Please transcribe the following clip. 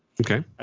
Okay